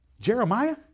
Jeremiah